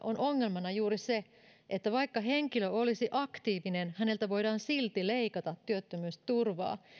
on ongelmana juuri se että vaikka henkilö olisi aktiivinen häneltä voidaan silti leikata työttömyysturvaa